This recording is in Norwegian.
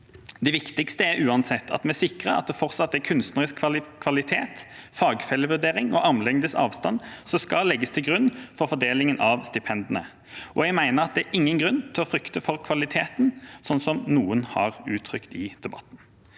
Det viktigste er uansett at vi sikrer at det fortsatt er kunstnerisk kvalitet, fagfellevurdering og armlengdes avstand som skal legges til grunn for fordelingen av stipendene, og jeg mener at det ikke er noen grunn til å frykte for kvaliteten, slik noen har uttrykt i debatten.